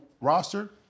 roster